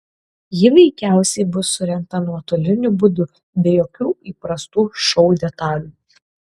ji veikiausiai bus surengta nuotoliniu būdu be jokių įprastų šou detalių